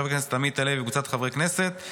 של חבר הכנסת עמית הלוי וקבוצת חברי הכנסת,